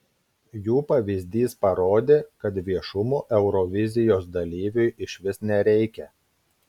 jų pavyzdys parodė kad viešumo eurovizijos dalyviui išvis nereikia